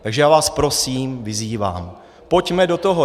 Takže já vás prosím, vyzývám, pojďme do toho.